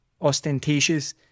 ostentatious